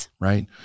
Right